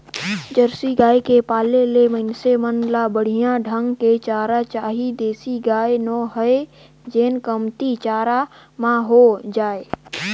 Jersey गाय के पाले ले मइनसे मन ल बड़िहा ढंग के चारा चाही देसी गाय नो हय जेन कमती चारा म हो जाय